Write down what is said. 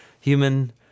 human